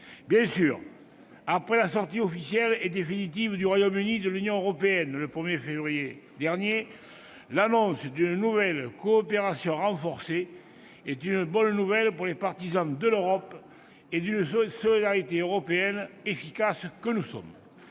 Bien sûr, après la sortie officielle et définitive du Royaume-Uni de l'Union européenne le 1 février dernier, l'annonce d'une nouvelle coopération renforcée est une bonne nouvelle pour les partisans de l'Europe et d'une solidarité européenne efficace que nous sommes.